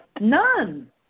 none